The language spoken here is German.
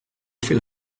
viel